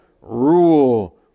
rule